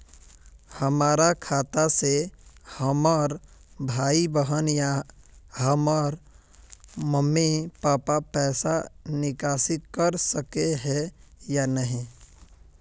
हमरा खाता से हमर भाई बहन या हमर मम्मी पापा पैसा निकासी कर सके है या नहीं?